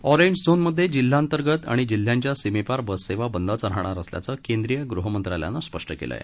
orange झोनमध्ये जिल्हांतर्गत आणि जिल्ह्यांच्या सीमेपार बस सेवा बंदष राहणार असल्याचं केंद्रीय गृहमंत्रालयानं स्पष्ट केलं आहे